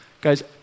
Guys